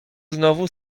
znowu